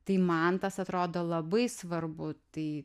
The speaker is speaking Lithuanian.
tai man tas atrodo labai svarbu tai